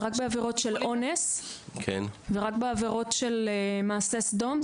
זה רק בעבירות של אונס ורק בעבירות של מעשה סדום.